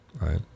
right